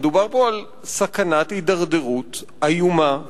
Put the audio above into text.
מדובר פה על סכנת הידרדרות איומה ונוראה,